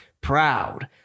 Proud